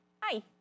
Hi